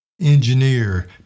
engineer